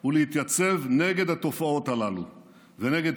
הוא להתייצב נגד התופעות הללו ונגד